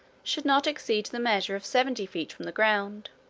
should not exceed the measure of seventy feet from the ground.